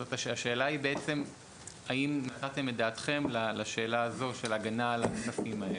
השאלה היא האם נתתם את דעתכם לשאלה הזאת של הגנה על הכספים האלה.